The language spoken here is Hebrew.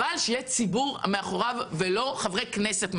אבל שיהיה ציבור מאחוריו ולא חברי כנסת מאחוריו.